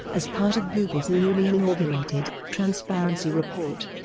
as part of google's newly inaugurated transparency report,